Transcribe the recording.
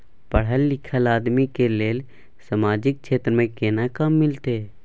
पढल लीखल आदमी के लेल सामाजिक क्षेत्र में केना काम मिलते?